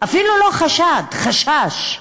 אפילו לא חשד, חשש.